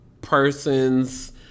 persons